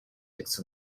fixed